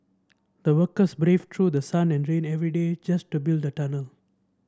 the workers braved through the sun and rain every day just to build the tunnel